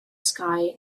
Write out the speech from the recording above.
sky